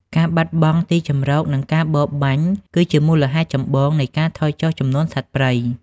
ការបាត់បង់ទីជម្រក និងការបរបាញ់គឺជាមូលហេតុចម្បងនៃការថយចុះចំនួនសត្វព្រៃ។